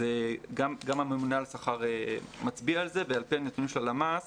גם הממונה על השכר מצביע על זה ועל פי הנתונים של הלמ"ס